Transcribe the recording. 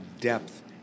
depth